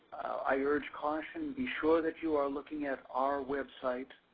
i urge caution. be sure that you are looking at our website,